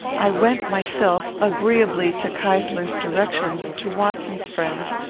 i went myself, agreeably to keysler's directions, to watson's friends,